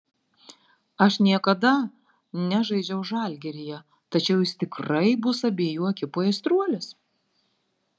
aš niekada nežaidžiau žalgiryje tačiau jis tikrai bus abejų ekipų aistruolis